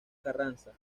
carranza